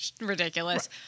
Ridiculous